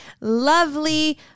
lovely